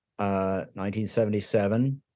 1977